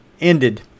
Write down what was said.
ended